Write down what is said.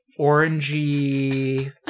orangey